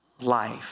life